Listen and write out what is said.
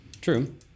True